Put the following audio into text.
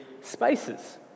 spaces